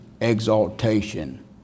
exaltation